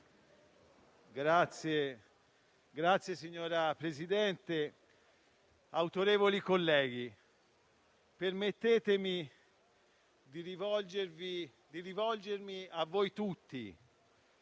*(PD)*. Signor Presidente, autorevoli colleghi, permettetemi di rivolgermi a voi tutti,